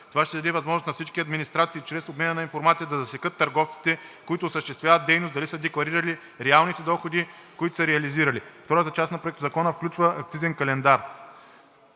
Това ще даде възможност на всички администрации чрез обмена на информация да засекат търговците, които осъществяват дейност, дали са декларирали реалните доходи, които са реализирали. Втората част на Проектозакона включва акцизен календар.